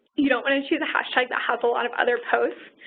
you don't want to do the hashtag that has a lot of other posts.